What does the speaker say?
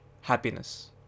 happiness